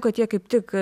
kad jie kaip tik